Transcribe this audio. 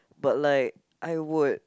but like I would